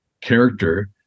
character